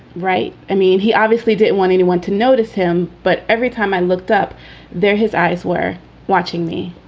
right? i mean, he obviously didn't want anyone to notice him. but every time i looked up there, his eyes were watching me.